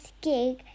gig